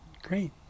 Great